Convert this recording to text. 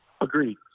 agreed